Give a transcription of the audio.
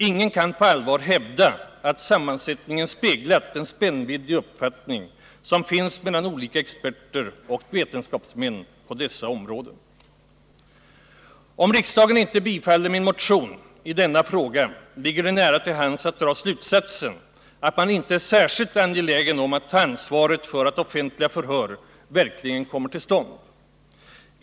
Ingen kan på allvar hävda att sammansättningen speglat den spännvidd i uppfattning som finns mellan olika experter och vetenskapsmän på dessa områden. Om riksdagen inte bifaller min motion i denna fråga, ligger det nära till hands att dra slutsatsen att man inte är särskilt angelägen om att ta ansvaret för att offentliga förhör verkligen kommer till stånd.